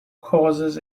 causes